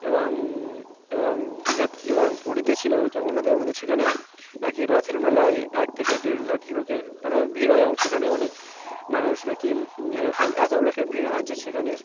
এবং এবং দীঘা এবং পুরীতে ছিল জগন্নাথের মন্দির সেখানে নাকি রথের মেলায় এক থেকে দেড় লাখ লোকের মানে ভিড় হয় এবং সেখানে অনেক মানুষ নাকি এ রকম এত লোকের ভিড় হয় যে সেখানে